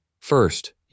First